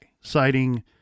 citing